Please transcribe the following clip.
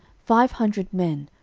five hundred men,